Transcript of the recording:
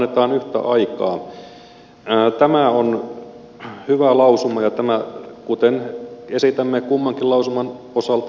tämä lausuma on hyvä ja kuten esitämme kummankin lausuman osalta